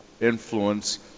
influence